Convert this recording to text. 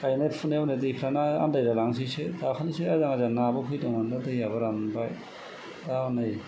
गानाय फुनायाव नै दैफ्रानो आनदायलाय लांसैसो दाखालिसो आजां गाजां नाबो फैदोंमोन दा दैआबो रानबाय दा हनै